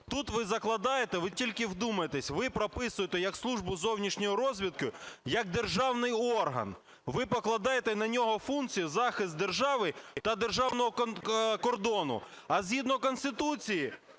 тут ви закладаєте - ви тільки вдумайтесь! - ви прописуєте Службу зовнішньої розвідки як державний орган, ви покладаєте на нього функцію - захист держави та державного кордону. А згідно Конституції